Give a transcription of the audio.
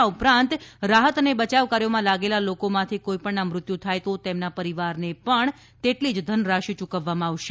આ ઉપરાંત રાહત અને બચાવ કાર્યોમાં લાગેલા લોકોમાંથી કોઇપણના મૃત્યુ થાય તો તેમના પરિવારને પણ તેટલી જ ધનરાશિ યૂકવવામાં આવશે